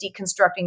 deconstructing